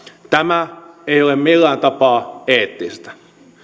tämä ei ole millään tapaa eettistä